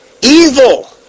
Evil